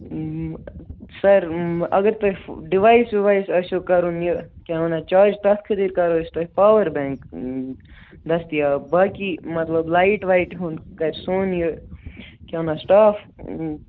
سَر اگر تُہۍ ڈِوایس وِوایس آسوٕ کَرُن یہِ کیٛاہ وَنان چارٕج تَتھ خٲطر کَرو أسۍ تُہۍ پاور بینٛک دٔستیاب باقٕے مطلب لایٹ وایٹہِ ہُنٛد کَرِ سون یہِ کیٛاہ وَنان سِٹاف